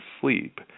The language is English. sleep